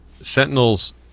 Sentinels